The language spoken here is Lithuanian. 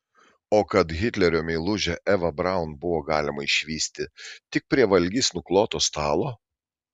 o kad hitlerio meilužę evą braun buvo galima išvysti tik prie valgiais nukloto stalo